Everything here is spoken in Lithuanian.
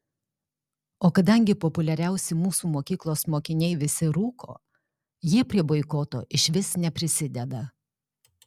o kadangi populiariausi mūsų mokyklos mokiniai visi rūko jie prie boikoto išvis neprisideda